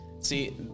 See